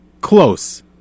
close